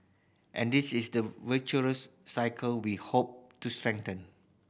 and this is the virtuous cycle we hope to strengthen